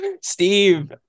Steve